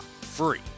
free